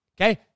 okay